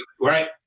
Right